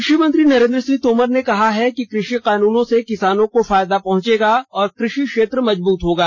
कृषि मंत्री नरेन्द्र सिंह तोमर ने कहा है कि कृषि कानूनों से किसानों को फायदा पहुंचेगा और कृषि क्षेत्र मजबूत होगा